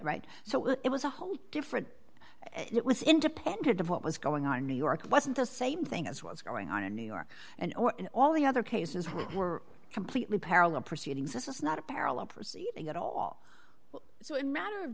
right so it was a whole different and it was independent of what was going on in new york wasn't the same thing as what's going on in new york and all the other cases where we're completely parallel proceedings this is not a parallel proceeding at all so in matter of